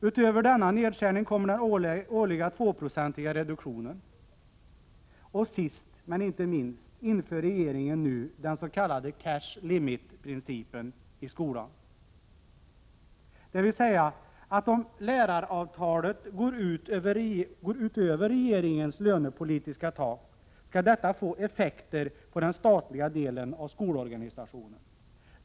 Utöver denna nedskärning kommer den årliga 2-procentiga reduktionen. Och sist men inte minst inför regeringen den s.k. cash limit-principen i skolan, dvs. att om läraravtalet går utöver regeringens lönepolitiska tak, skall detta få effekter på den statliga delen av skolorganisationen.